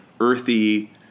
earthy